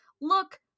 look